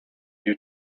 due